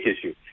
issue